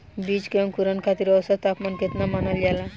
बीज के अंकुरण खातिर औसत तापमान केतना मानल जाला?